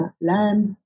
land